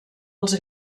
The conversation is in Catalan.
els